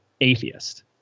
atheist